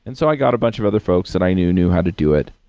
and so i got a bunch of other folks that i knew, knew how to do it,